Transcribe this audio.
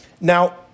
Now